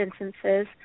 instances